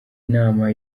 nama